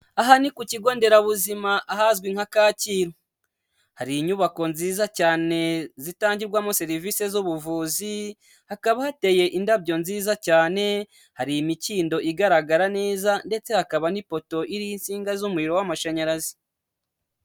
Aha ni ku kigo nderabuzima ahazwi nka Kacyiru, hari inyubako nziza cyane zitangirwamo serivisi z'ubuvuzi, hakaba hateye indabyo nziza cyane, hari imikindo igaragara neza ndetse hakaba n'ipoto iriho insinga z'umuriro w'amashanyarazi.